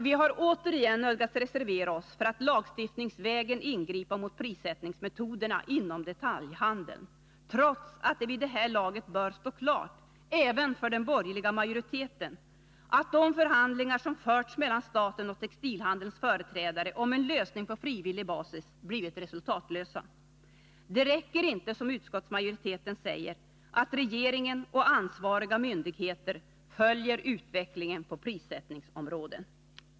Vi har återigen nödgats reservera oss för att man lagstiftningsvägen skall ingripa mot prissättningsmetoderna inom detaljhandeln, trots att det vid det här laget bör stå klart även för den borgerliga majoriteten att de förhandlingar som förts mellan staten och textilhandelns företrädare om en lösning på frivillig basis blivit resultatlösa. Det räcker inte med att, som utskottsmajoriteten säger, regeringen och ansvariga myndigheter följer utvecklingen på prissättningsområdet.